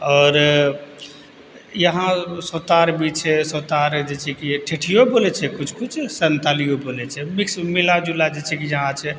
आओर यहाँ सोतार भी छै सोतार जै से कि ठेठियो बोलय छै किछु किछु सन्थालियो बोलय छै मिक्स मिला जुलाके जे छै कि यहाँ छै